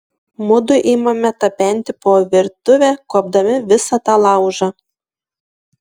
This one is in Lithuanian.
mudu imame tapenti po virtuvę kuopdami visą tą laužą